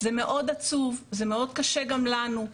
זה מאוד עצוב וזה מאוד קשה גם לנו.